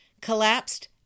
collapsed